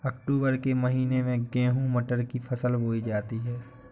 अक्टूबर के महीना में गेहूँ मटर की फसल बोई जाती है